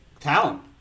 Talent